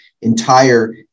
entire